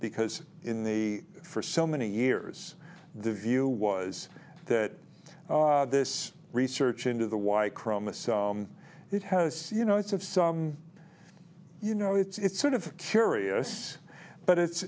because in the for so many years the view was that this research into the white chromosome it has you know it's of some you know it's sort of curious but it's